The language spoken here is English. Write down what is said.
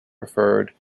preferred